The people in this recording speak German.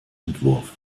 entwurf